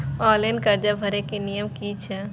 Online कर्जा भरे के नियम की छे?